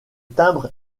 timbre